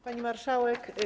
Pani Marszałek!